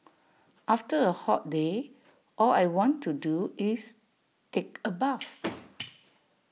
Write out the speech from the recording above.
after A hot day all I want to do is take A bath